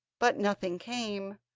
but nothing came,